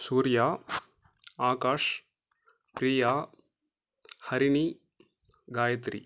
Surya Akash Priya Harini Gayatri